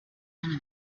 enemy